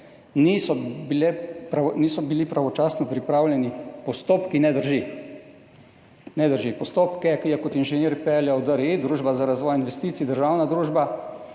niso bili pravočasno pripravljeni postopki, ne drži. Glede na postopke, ki jih je kot inženir peljal DRI, družba za razvoj investicij, državna družba,